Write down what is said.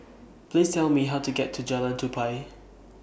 Please Tell Me How to get to Jalan Tupai